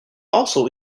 also